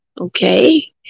Okay